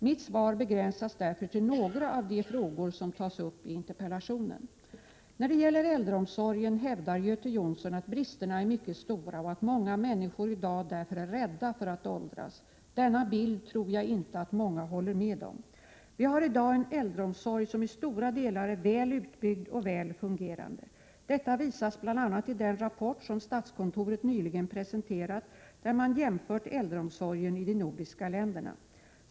Mitt svar begränsas därför till några av de frågor som tas upp i interpellationen. När det gäller äldreomsorgen hävdar Göte Jonsson att bristerna är mycket stora, och att många människor i dag därför är rädda för att åldras. Denna bild tror jag inte att många håller med om. Vi har i dag en äldreomsorg som i stora delar är väl utbyggd och väl fungerande. Detta visas bl.a. i den rapport som statskontoret nyligen presenterat, där man jämfört äldreomsorgen i de nordiska länderna.